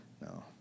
No